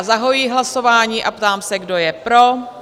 Zahajuji hlasování a ptám se, kdo je pro?